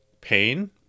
pain